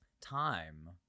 Time